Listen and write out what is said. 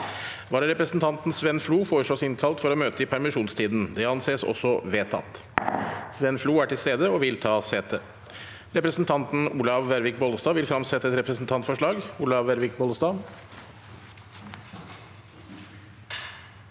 Vararepresentanten, Sven Flo, innkalles for å møte i permisjonstiden. Presidenten Sven Flo er til stede og vil ta sete. Representanten Olaug Vervik Bollestad vil fremsette et representantforslag.